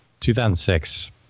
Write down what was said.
2006